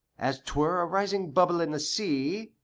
as twere a rising bubble in the sea,